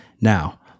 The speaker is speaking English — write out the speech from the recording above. Now